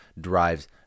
drives